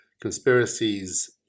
conspiracies